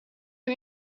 een